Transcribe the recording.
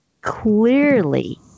clearly